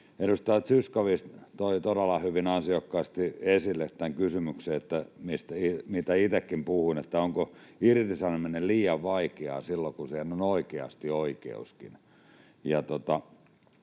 Edustaja Zyskowicz toi todella hyvin, ansiokkaasti esille tämän kysymyksen, mistä itsekin puhuin: onko irtisanominen liian vaikeaa silloin, kun siihen on oikeasti oikeuskin.